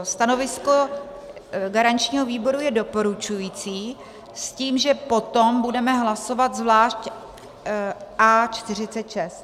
Stanovisko garančního výboru je doporučující, s tím, že potom budeme hlasovat zvlášť A46.